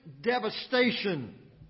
devastation